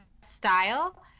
style